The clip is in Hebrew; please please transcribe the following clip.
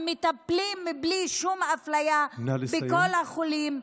הם מטפלים בלי שום אפליה בכל החולים.